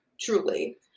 truly